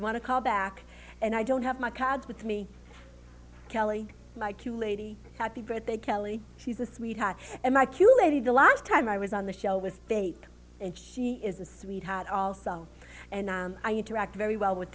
you want to call back and i don't have my cards with me kelly like you lady happy birthday kelly she's a sweetheart and i q lady the last time i was on the show with tape and she is a sweetheart also and i interact very well with